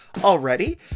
already